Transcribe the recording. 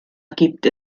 gibt